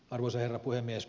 arvoisa herra puhemies